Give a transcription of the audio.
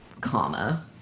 comma